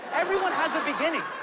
everyone has a beginning.